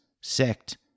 Sect